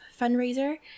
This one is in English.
fundraiser